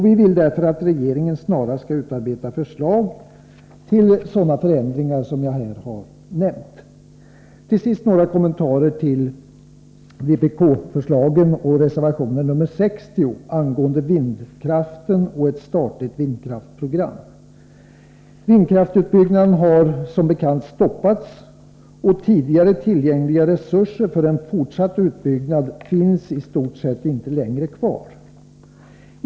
Vi vill därför att regeringen snarast skall utarbeta förslag till sådana förändringar som jag här har nämnt. Till sist några kommentarer till vpk-förslagen och reservation 60 angående vindkraften och ett statligt vindkraftsprogram. Vindkraftsutbyggnaden har som bekant stoppats, och tidigare tillgängliga resurser för en fortsatt utbyggnad finns i stort sett inte längre kvar.